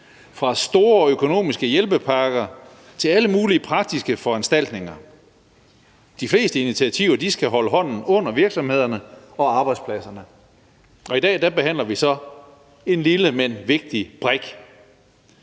fra store økonomiske hjælpepakker til alle mulige praktiske foranstaltninger. De fleste initiativer skal holde hånden under virksomhederne og arbejdspladserne. Og i dag behandler vi så en lille, men vigtig brik.